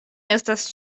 estas